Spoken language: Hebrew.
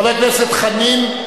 חבר הכנסת חנין,